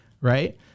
right